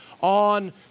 on